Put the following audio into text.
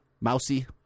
Mousy